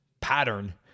pattern